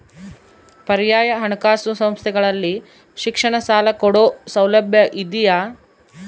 ಪರ್ಯಾಯ ಹಣಕಾಸು ಸಂಸ್ಥೆಗಳಲ್ಲಿ ಶಿಕ್ಷಣ ಸಾಲ ಕೊಡೋ ಸೌಲಭ್ಯ ಇದಿಯಾ?